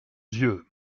dieu